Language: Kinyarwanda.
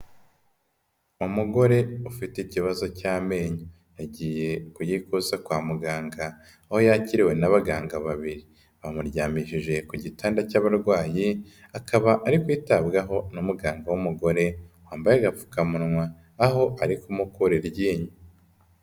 Umugore ufite ikibazo cy'amenyo yagiye kuyikuza kwa muganga aho yakiriwe n'abaganga babiri, bamuryamishije ku gitanda cy'abarwayi akaba ari kwitabwaho na muganga w'umugore wambaye agapfukamunwa aho ari kumukura iryinyo.